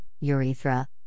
urethra